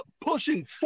pushing